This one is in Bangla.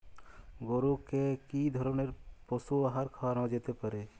গরু কে কি ধরনের পশু আহার খাওয়ানো যেতে পারে?